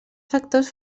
factors